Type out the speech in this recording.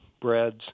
breads